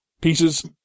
pieces